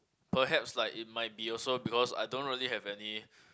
perhaps like it might be also because I don't really have any